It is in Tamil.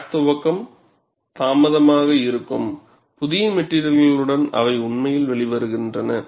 கிராக் துவக்கம் தாமதமாக இருக்கும் புதிய மெட்டிரியல்ளுடன் அவை உண்மையில் வெளிவருகின்றன